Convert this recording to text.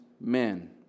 men